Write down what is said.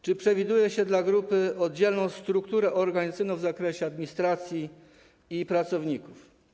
Czy przewiduje się dla grupy oddzielną strukturę organizacyjną w zakresie administracji i pracowników?